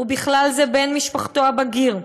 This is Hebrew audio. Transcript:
ובכלל זה בן משפחתו הבגיר,